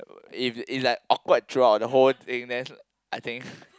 if it's like awkward throughout the whole thing then I think